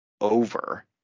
over